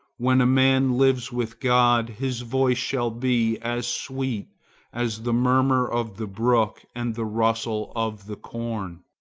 when a man lives with god, his voice shall be as sweet as the murmur of the brook and the rustle of the corn.